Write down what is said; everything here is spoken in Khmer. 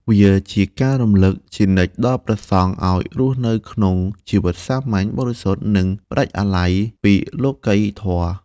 វាជាការរំលឹកជានិច្ចដល់ព្រះសង្ឃឲ្យរស់នៅក្នុងជីវិតសាមញ្ញ បរិសុទ្ធ និងផ្តាច់អាល័យពីលោកិយធម៌។